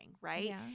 right